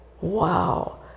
wow